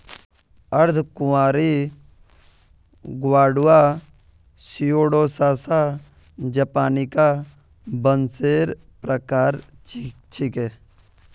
अर्धकुंवारी Guadua Pseudosasa japonica बांसेर प्रकार छिके